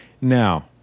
Now